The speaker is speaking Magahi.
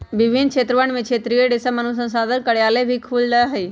विभिन्न क्षेत्रवन में क्षेत्रीय रेशम अनुसंधान कार्यालय भी खुल्ल हई